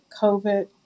COVID